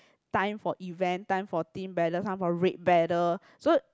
time for event time for team battle time for red battle so